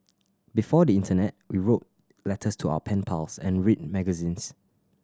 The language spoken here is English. before the internet we wrote letters to our pen pals and read magazines